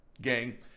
gang